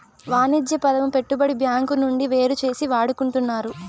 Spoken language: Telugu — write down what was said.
వాణిజ్య పదము పెట్టుబడి బ్యాంకు నుండి వేరుచేసి వాడుకుంటున్నారు